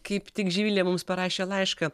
kaip tik živilė mums parašė laišką